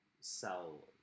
sell